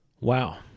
Wow